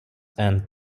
and